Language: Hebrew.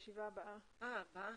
אנחנו מבטיחים שבישיבה הבאה נתחיל